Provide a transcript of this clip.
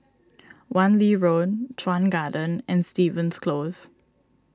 Wan Lee Road Chuan Garden and Stevens Close